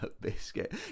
biscuit